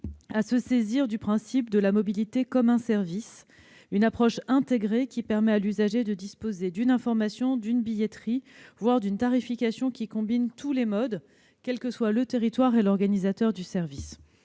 à se saisir du principe de la mobilité vue comme un service, une approche intégrée permettant à l'usager de disposer d'une information, d'une billetterie, voire d'une tarification qui combine tous les modes, indépendamment du territoire et de l'organisateur du service.